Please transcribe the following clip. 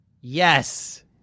Yes